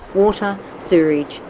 water, sewerage,